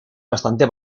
bastante